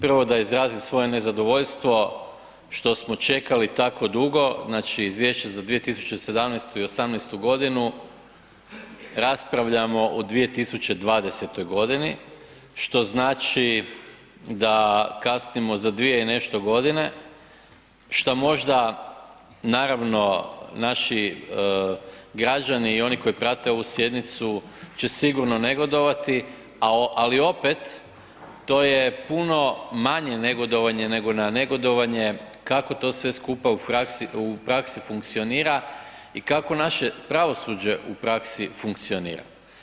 Prvo da izrazim svoje nezadovoljstvo što smo čekali tako dugo znači Izvješće za 2017. i 2018. godinu, raspravljamo u 2020. godini što znači da kasnimo za dvije i nešto godine, šta možda naravno naši građani i oni koji prate ovu sjednicu će sigurno negodovati, ali opet to je puno manje negodovanje nego na negodovanje kako to sve skupa u praksi funkcionira i kako naše pravosuđe u praksi funkcionira.